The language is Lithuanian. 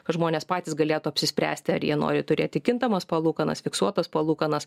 kad žmonės patys galėtų apsispręsti ar jie nori turėti kintamas palūkanas fiksuotas palūkanas